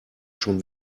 schon